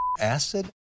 acid